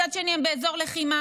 מצד שני הם באזור לחימה,